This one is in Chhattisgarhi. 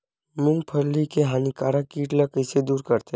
मूंगफली के हानिकारक कीट ला कइसे दूर करथे?